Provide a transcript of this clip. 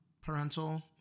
parental